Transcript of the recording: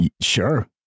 Sure